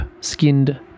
skinned